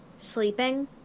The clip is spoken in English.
Sleeping